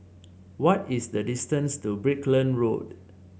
what is the distance to Brickland Road